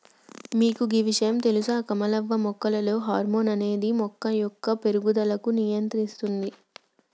మీకు గీ ఇషయాం తెలుస కమలవ్వ మొక్కలలో హార్మోన్ అనేది మొక్క యొక్క పేరుగుదలకు నియంత్రిస్తుంది